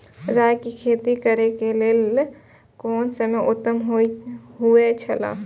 राय के खेती करे के लेल कोन समय उत्तम हुए छला?